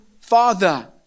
father